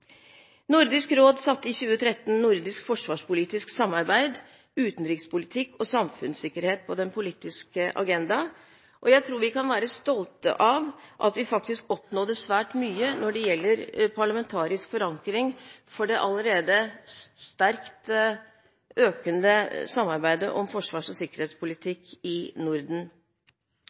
Nordisk råd satte i 2013 nordisk forsvarspolitisk samarbeid, utenrikspolitikk og samfunnssikkerhet på den politiske agendaen. Jeg tror vi kan være stolte av at vi faktisk oppnådde svært mye når det gjelder parlamentarisk forankring for det allerede sterkt økende samarbeidet om forsvars- og sikkerhetspolitikk i Norden.